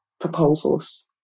proposals